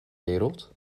wereld